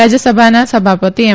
રાજ્યસભાના સભાપતિ એમ